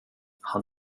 han